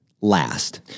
last